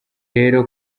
rero